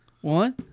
One